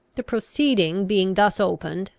the proceeding being thus opened,